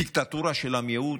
דיקטטורה של המיעוט,